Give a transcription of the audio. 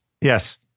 Yes